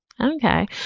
okay